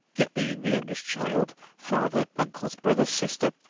yet being the youngest child, father, uncles, brother, sister,